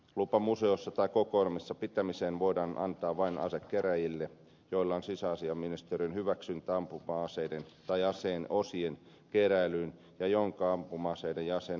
lupa museossa tai kokoelmassa pitämiseen voidaan antaa vain asekeräilijälle jolla on sisäasiainministeriön hyväksyntä ampuma aseiden tai aseen osien keräilyyn ja jonka ampuma aseiden ja aseen osien säilytystilat säilytystilojen sijaintipaikan poliisilaitos on hyväksynyt